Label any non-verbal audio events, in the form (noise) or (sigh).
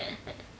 (laughs)